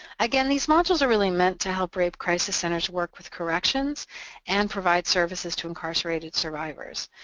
again, these modules are really meant to help rape crisis centers work with corrections and provide services to incarcerated survivors.